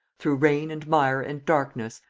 through rain and mire and darkness,